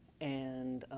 and